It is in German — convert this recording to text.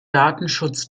datenschutz